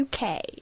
uk